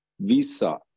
visa